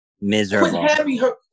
Miserable